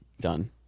done